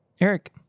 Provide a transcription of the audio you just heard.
Eric